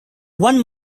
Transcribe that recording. one